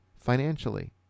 financially